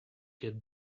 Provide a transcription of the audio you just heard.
get